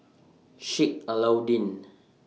Sheik Alau'ddin